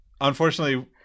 unfortunately